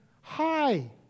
hi